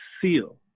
seal